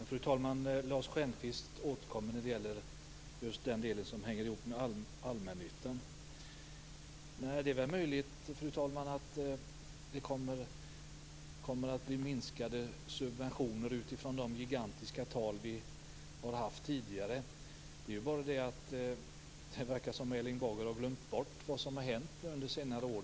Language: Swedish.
Fru talman! Lars Stjernkvist återkommer när det gäller just den del som hänger ihop med allmännyttan. Det är möjligt att det kommer att bli minskade subventioner utifrån de gigantiska tal vi har haft tidigare. Det verkar som om Erling Bager har glömt bort vad som har hänt under senare år.